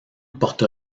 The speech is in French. porto